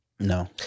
No